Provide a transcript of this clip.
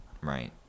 right